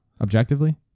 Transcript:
Objectively